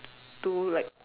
to like